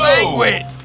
Language